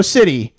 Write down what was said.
City